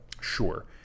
Sure